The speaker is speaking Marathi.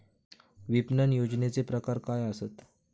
विपणन नियोजनाचे प्रकार काय आसत?